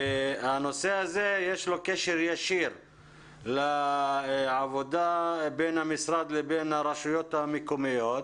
לנושא הזה יש קשר ישיר לעבודה בין המשרד לבין הרשויות המקומיות.